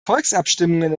volksabstimmungen